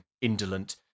indolent